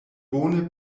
bone